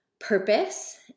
purpose